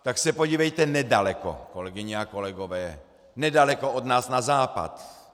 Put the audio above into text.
Tak se podívejte nedaleko, kolegyně a kolegové, nedaleko od nás na západ.